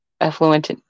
affluent